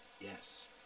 Yes